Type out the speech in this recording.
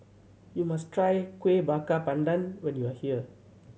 you must try Kuih Bakar Pandan when you are here